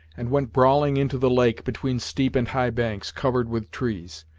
and went brawling into the lake, between steep and high banks, covered with trees.